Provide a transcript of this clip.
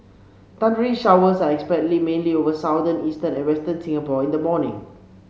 thundery showers are expected mainly over southern eastern and western Singapore in the morning